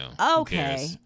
Okay